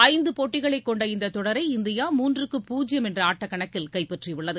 ஐந்து போட்டிகளைக் கொண்ட இந்த தொடரை இந்தியா மூன்றுக்கு பூஜ்யம் என்ற ஆட்டக்கணக்கில் கைப்பற்றியுள்ளது